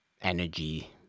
energy